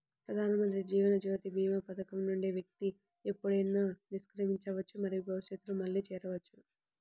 ప్రధానమంత్రి జీవన్ జ్యోతి భీమా పథకం నుండి వ్యక్తి ఎప్పుడైనా నిష్క్రమించవచ్చు మరియు భవిష్యత్తులో మళ్లీ చేరవచ్చు